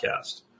Podcast